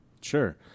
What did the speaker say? Sure